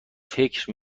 فکر